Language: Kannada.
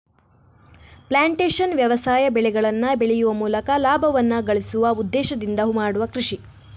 ಪ್ಲಾಂಟೇಶನ್ ವ್ಯವಸಾಯ ಬೆಳೆಗಳನ್ನ ಬೆಳೆಯುವ ಮೂಲಕ ಲಾಭವನ್ನ ಗಳಿಸುವ ಉದ್ದೇಶದಿಂದ ಮಾಡುವ ಕೃಷಿ